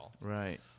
Right